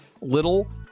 little